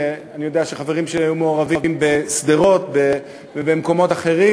שאני יודע שחברים שלי היו מעורבים בהם בשדרות ובמקומות אחרים.